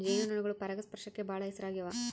ಜೇನು ನೊಣಗಳು ಪರಾಗಸ್ಪರ್ಶಕ್ಕ ಬಾಳ ಹೆಸರಾಗ್ಯವ